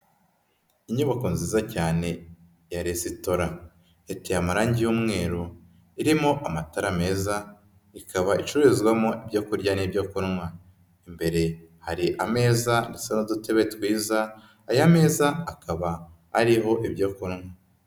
Inyubako nziza cyane ya resitora. Iteye amarange y'umweru, irimo amatara meza, ikaba icururizwamo ibyo kurya n'ibyo kunywa. Imbere hari ameza ndetse n'udutebe twiza, aya meza akaba ariho ibyo kunywa.